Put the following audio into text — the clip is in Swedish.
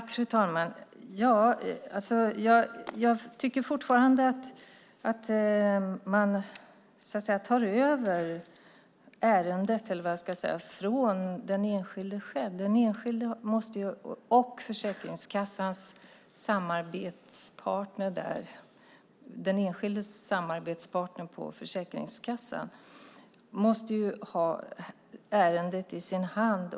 Fru talman! Jag tycker fortfarande att man tar över ärendet från den enskilde själv. Den enskilde och den enskildes samarbetspartner på Försäkringskassan måste ju ha ärendet i sin hand.